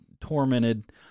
tormented